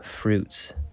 fruits